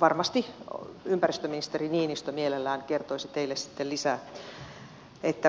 varmasti ympäristöministeri niinistö mielellään kertoisi teille sitten lisää